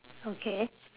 okay